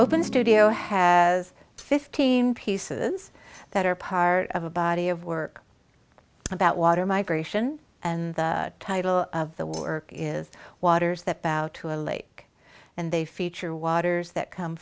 open a studio has fifteen pieces that are part of a body of work about water migration and the title of the work is waters that bow to a lake and they feature waters that come